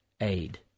aid